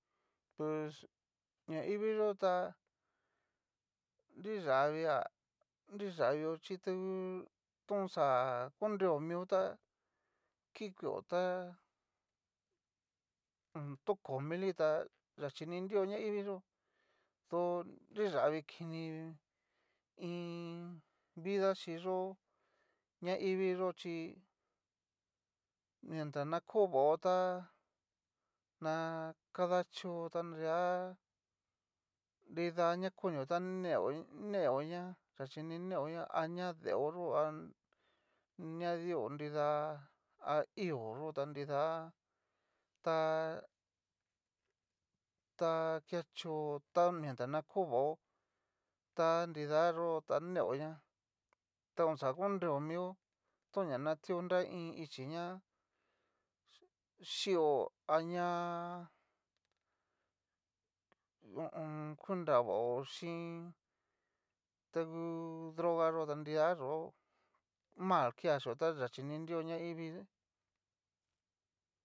Pus ñaivii yó'o tá, nriyavia nriyavio chí ta ngu tón xa konreo mio tá ki kueo tá hón tó ko mili tá yachi ni nrio ñaivii yó, to nriyavii kini, iin vida chi yó'o ñaivii yó chí, mientras ná ko vao tá na kadachó ta nrea nrida ña konio tá neoña yáchi ni neoña há a ña deoyó aña di'o nridá ahió yó ta nrida ta. ta kechó ta mientras na ko vaó, ta nrida yó ta neoña ta oxa konreo mio, toña na tio nra iin ichi ná xhío a ña. ho o on. ku nravao hín ta ngu. drogayó nida yó mal kea chió ta yachini nrio ñaiví.